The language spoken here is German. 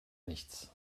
nichts